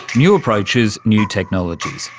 new approaches, new technologies,